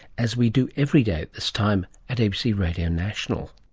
as we do every day at this time at abc radio national.